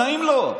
נעים לו,